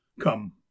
come